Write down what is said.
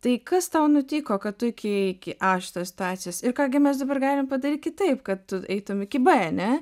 tai kas tau nutiko kad tu iki iki a šitos situacijos ir ką gi mes dabar galim padaryt kitaip kad tu eitum iki b ane